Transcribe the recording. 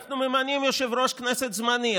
שאנחנו ממנים יושב-ראש זמני.